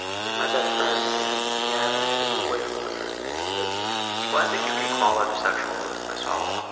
he was my best friend. and yeah i had to move away from all my friends, actually. i'm but and glad that you can call it a sexual assault.